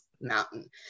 mountain